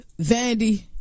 Vandy